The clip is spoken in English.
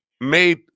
made